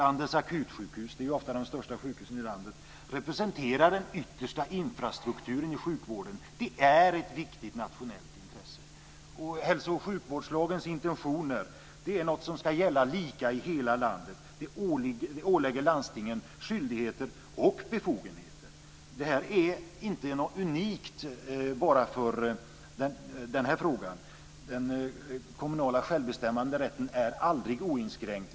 Landets akutsjukhus, ofta de största sjukhusen i landet, representerar den yttersta infrastrukturen i sjukvården. Det är ett viktigt nationellt intresse. Hälso och sjukvårdslagens intentioner är någonting som ska gälla lika i hela landet. Det ålägger landstingen skyldigheter och befogenheter. Detta är inte något unikt för bara den här frågan. Den kommunala självbestämmanderätten är aldrig oinskränkt.